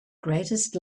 greatest